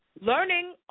Learning